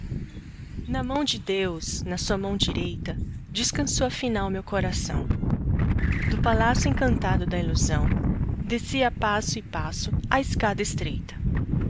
na mão de deus na sua mão direita descançou a final meu coração do palacio encantado da illusão desci a passo e passo a escada estreita